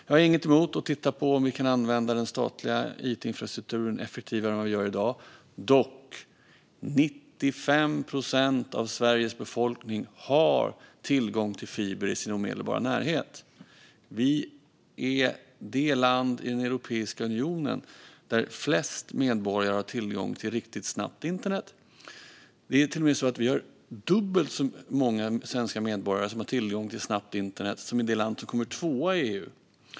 Jag har ingenting emot att titta på om vi kan använda den statliga itinfrastrukturen effektivare än i dag. Dock har 95 procent av Sveriges befolkning tillgång till fiber i sin omedelbara närhet. Sverige är det land i Europeiska unionen där flest medborgare har tillgång till riktigt snabbt internet. Det är till och med dubbelt så många medborgare i Sverige som har tillgång till snabbt internet som i det land som kommer tvåa i EU.